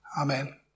amen